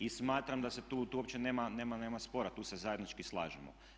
I smatram da se tu, tu uopće nema spora, tu se zajednički slažemo.